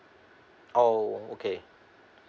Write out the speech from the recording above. oh okay